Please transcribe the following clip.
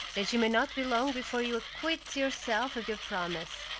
that you may not be long before you acquit yourself of your promise.